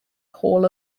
hall